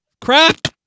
Crap